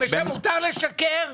מותר לשקר.